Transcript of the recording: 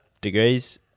degrees